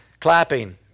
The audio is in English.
clapping